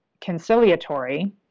conciliatory